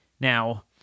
now